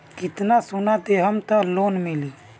कितना सोना देहम त लोन मिली?